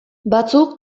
batzuk